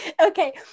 okay